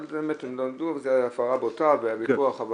אבל באמת הם למדו וזו הייתה הפרה בוטה והיה ויכוח אבל